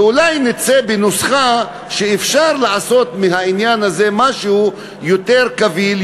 ואולי נצא בנוסחה שאפשר לעשות מהעניין הזה משהו יותר קביל,